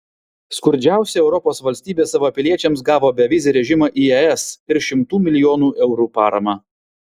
skurdžiausia europos valstybė savo piliečiams gavo bevizį režimą į es ir šimtų milijonų eurų paramą